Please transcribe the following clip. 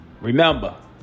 Remember